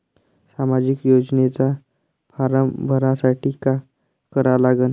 सामाजिक योजनेचा फारम भरासाठी का करा लागन?